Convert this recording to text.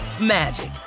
magic